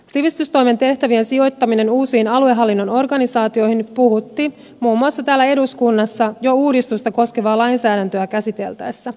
sivistystoimen tehtävien sijoittaminen uusiin aluehallinnon organisaatioihin puhutti muun muassa täällä eduskunnassa jo uudistusta koskevaa lainsäädäntöä käsiteltäessä